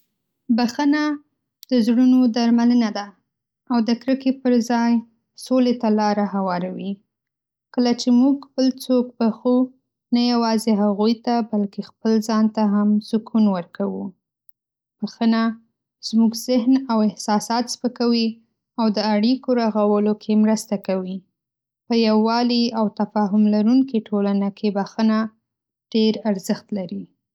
بښنه د زړونو درملنه ده، او د کرکې پر ځای سولې ته لاره هواروي. کله چې موږ بل څوک بښو، نه یوازې هغوی ته بلکې خپل ځان ته هم سکون ورکوو. بښنه زموږ ذهن او احساسات سپکوي، او د اړیکو رغولو کې مرسته کوي. په یووالي او تفاهم لرونکې ټولنه کې بښنه ډېر ارزښت لري.